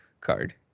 card